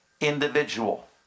individual